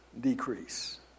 decrease